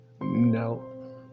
No